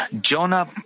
Jonah